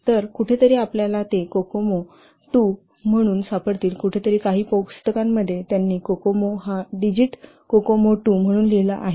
तर कुठेतरी आपल्याला ते कोकोमो रोमन अक्षरे II म्हणून सापडतील कुठेतरी काही पुस्तकांमध्ये त्यांनी कोकोमो हा डिजिट कोकोमो 2 म्हणून लिहिला आहे